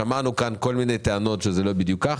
שמענו כאן כל מיני טענות שזה לא בדיוק כך.